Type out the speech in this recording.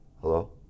hello